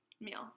meal